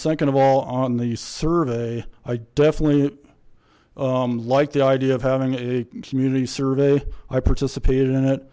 second of all on the survey i definitely liked the idea of having a community survey i participated in it